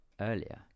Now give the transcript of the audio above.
earlier